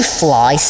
fly